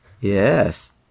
Yes